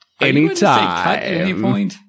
anytime